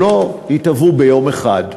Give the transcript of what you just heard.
שלא התהווה ביום אחד,